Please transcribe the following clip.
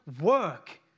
work